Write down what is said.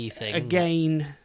again